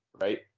right